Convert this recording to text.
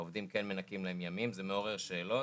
לעובדים כן מנקים ימים, מעורר שאלות.